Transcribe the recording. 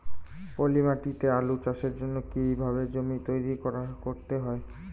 পলি মাটি তে আলু চাষের জন্যে কি কিভাবে জমি তৈরি করতে হয়?